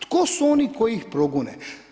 Tko su oni koji ih progone?